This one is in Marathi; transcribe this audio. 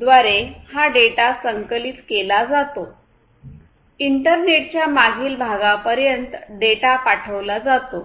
द्वारे हा डेटा संकलित केला जातो इंटरनेटच्या मागील भागा पर्यंत डेटा पाठवला जातो